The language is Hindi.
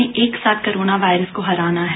हमें एकसाथ कोरोना वायरस को हराना है